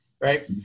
right